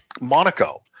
Monaco